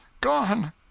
Gone